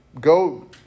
go